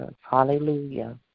Hallelujah